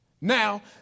Now